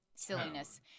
Silliness